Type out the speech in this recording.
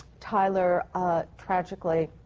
tyler ah tragically